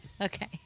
Okay